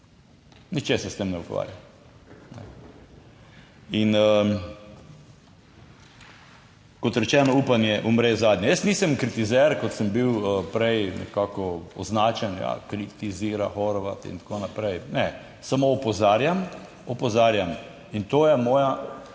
Nihče se s tem ne ukvarja. In kot rečeno, upanje umre zadnje. Jaz nisem kritizer, kot sem bil prej nekako označen, kritizira Horvat in tako naprej, ne, samo opozarjam, opozarjam in to je moja